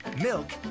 milk